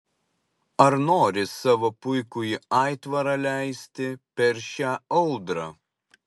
ar nori savo puikųjį aitvarą leisti per šią audrą